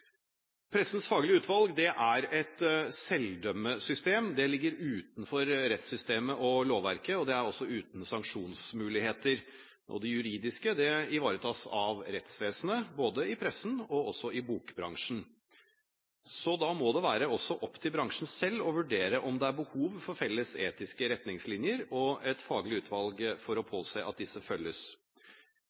Pressens Faglige Utvalg er et selvdømmesystem. Det ligger utenfor rettssystemet og lovverket, og det er også uten sanksjonsmuligheter. Det juridiske ivaretas av rettsvesenet, i både pressen og bokbransjen. Da må det også være opp til bransjen selv å vurdere om det er behov for felles etiske retningslinjer og et faglig utvalg for å påse at disse følges.